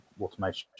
automation